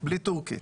בלי טורקית.